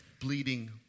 bleeding